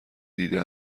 دیده